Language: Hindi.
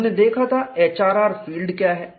हमने देखा था HRR फील्ड क्या है